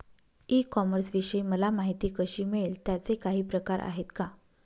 E कॉमर्सविषयी मला माहिती कशी मिळेल? त्याचे काही प्रकार आहेत का?